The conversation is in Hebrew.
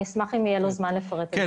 אני אשמח אם יהיה לו זמן לפרט על זה.